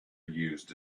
used